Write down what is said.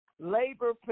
labor